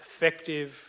effective